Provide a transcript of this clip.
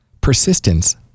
Persistence